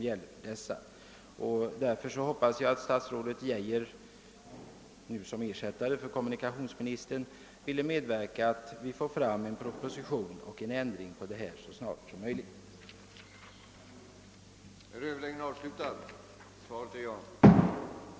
Jag hoppas att statsrådet Geijer som ersättare för kommunikationsministern vill medverka till att en proposition med förslag till ändring av dessa regler snarast möjligt läggs fram.